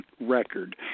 record